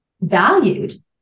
valued